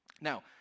Now